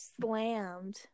slammed